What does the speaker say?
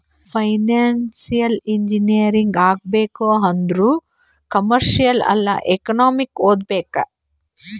financial engineering ಆಗ್ಬೇಕ್ ಆಂದುರ್ commerce ಇಲ್ಲಾ ಎಕನಾಮಿಕ್ ಓದ್ಬೇಕ್